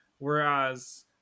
Whereas